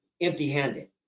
empty-handed